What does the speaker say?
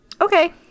Okay